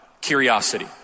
Curiosity